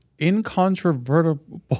incontrovertible